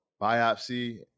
biopsy